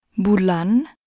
Bulan